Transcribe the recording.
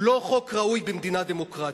הוא לא חוק ראוי במדינה דמוקרטית.